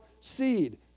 seed